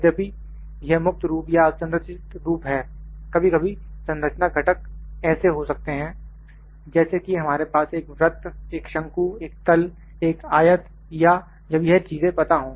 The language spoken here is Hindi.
यद्यपि यह मुक्त रूप या असंरचित्त रूप है कभी कभी संरचना घटक ऐसे हो सकते हैं जैसे कि हमारे पास एक वृत्त एक शंकु एक तल एक आयत या जब यह चीजें पता हो